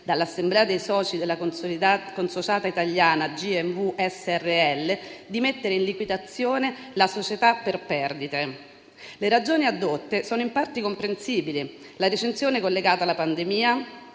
dall'assemblea dei soci della consociata italiana, G&W S.r.l., di mettere in liquidazione la società per perdite; le ragioni addotte sono in parte comprensibili (la recessione collegata alla pandemia,